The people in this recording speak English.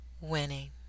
winning